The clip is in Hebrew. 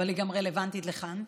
אבל היא רלוונטית גם לכאן.